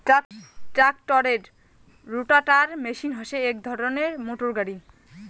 ট্রাক্টরের rotavator machine হসে এক ধরণের মোটর গাড়ি